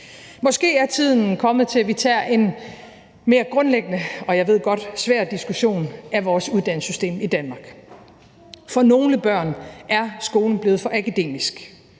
Måske er tiden kommet til, at vi tager en mere grundlæggende, og jeg ved godt svær diskussion af vores uddannelsessystem i Danmark. For nogle børn er skolen blevet for akademisk.